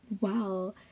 wow